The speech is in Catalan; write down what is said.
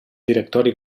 directori